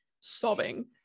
sobbing